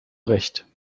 recht